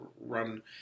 Run